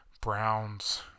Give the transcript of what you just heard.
Browns